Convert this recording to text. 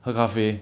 喝咖啡